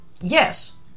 Yes